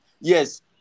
Yes